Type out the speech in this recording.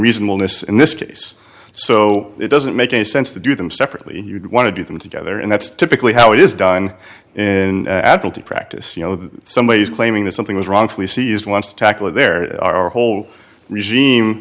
reasonableness in this case so it doesn't make any sense to do them separately you'd want to do them together and that's typically how it is done in adult practice you know somebody is claiming that something was wrong we see is wants to tackle it there are a whole regime